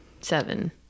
seven